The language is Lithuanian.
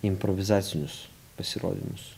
improvizacinius pasirodymus